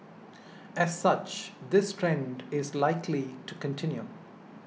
as such this trend is likely to continue